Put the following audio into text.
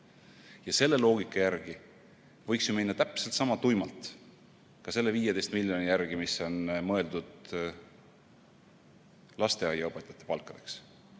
Selle loogika järgi võiks ju minna täpselt sama tuimalt ka selle 15 miljoni kallale, mis on mõeldud lasteaiaõpetajate palkadeks.